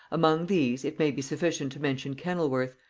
among these it may be sufficient to mention kennelworth,